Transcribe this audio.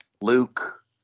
Luke